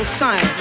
son